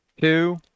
two